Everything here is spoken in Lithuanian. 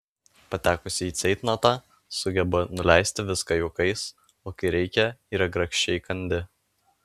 patekusi į ceitnotą sugeba nuleisti viską juokais o kai reikia yra grakščiai kandi